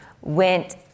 went